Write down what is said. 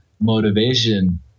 motivation